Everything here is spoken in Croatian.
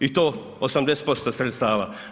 I to 80% sredstava.